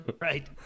Right